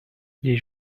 les